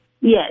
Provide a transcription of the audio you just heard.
Yes